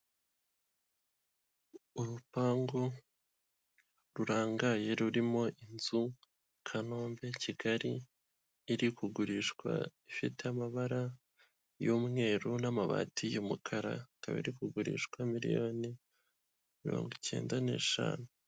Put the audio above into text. Urupangu rurangaye rurimo inzu Kanombe Kigali iri kugurishwa ifite amabara y'umweru n'amabati y'umukara, ikaba iri kugurishwa miliyoni mirongo icyenda n'eshanu.